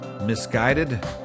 misguided